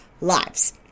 lives